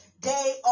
day